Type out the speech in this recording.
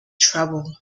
trouble